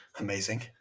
Amazing